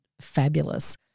fabulous